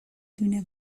دونه